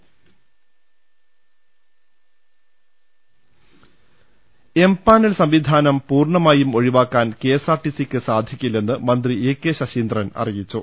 ൾ ൽ ൾ എംപാനൽ സംവിധാനം പൂർണ്ണമായും ഒഴിവാക്കാൻ കെ എസ് ആർ ടി സിക്ക് സാധിക്കില്ലെന്ന് മന്ത്രി എ കെ ശശീന്ദ്രൻ അറിയിച്ചു